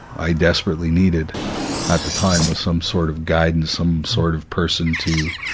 i desperately needed at the time, was some sort of guidance, some sort of person to,